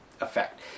effect